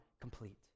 complete